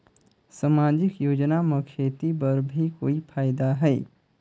समाजिक योजना म खेती बर भी कोई फायदा है?